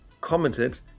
commented